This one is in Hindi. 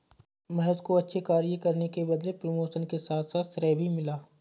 महेश को अच्छे कार्य करने के बदले प्रमोशन के साथ साथ श्रेय भी मिला